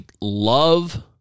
love